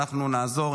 אנחנו נעזור,